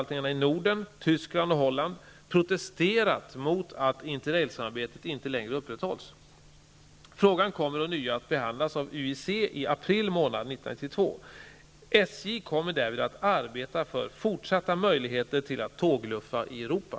Norden, Tyskland och Holland, protesterat mot att interrailsamarbetet inte längre upprätthålls. Frågan kommer ånyo att behandlas av UIC i april månad 1992. SJ kommer därvid att arbeta för fortsatta möjligheter till att ''tågluffa'' i Europa.